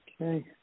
Okay